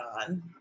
on